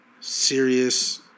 Serious